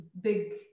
big